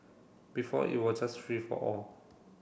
before it was just free for all